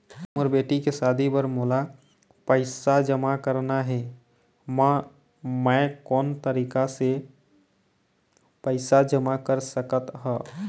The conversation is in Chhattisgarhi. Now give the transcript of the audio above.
मोर बेटी के शादी बर मोला पैसा जमा करना हे, म मैं कोन तरीका से पैसा जमा कर सकत ह?